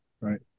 right